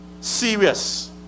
serious